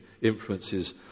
influences